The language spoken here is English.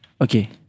Okay